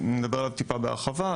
שנדבר עליו מעט בהרחבה,